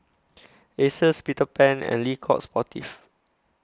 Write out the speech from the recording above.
Asus Peter Pan and Le Coq Sportif